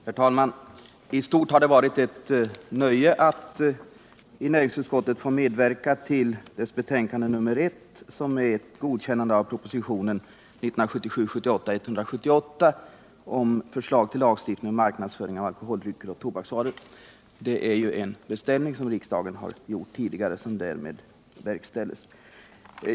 Herr talman! I stort har det varit ett nöje att i näringsutskottet få medverka till dess betänkande nr 1, som är ett godkännade av propositionen 1977/ 78:178 med förslag till lagstiftning om marknadsföringen av alkoholdrycker och tobaksvaror. Det är en beställning som riksdagen har gjort tidigare som därmed verkställs.